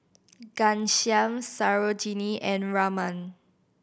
Ghanshyam Sarojini and Raman